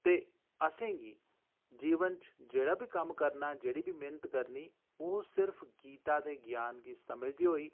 ते असें गी जीवन च जेह्ड़ा बी कम्म करना जेह्ड़ी बी मेह्नत करनी ओह् सिर्फ गीता दे ज्ञान गी समझदे होई